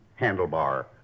handlebar